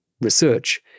research